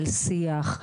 על שיח,